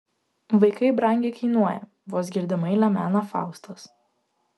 vaikai brangiai kainuoja vos girdimai lemena faustas